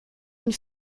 une